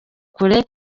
kure